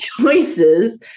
choices